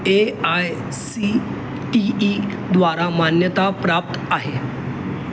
A I C T ईद्वारा मान्यता प्राप्त आहे